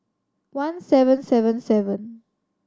one seven seven seven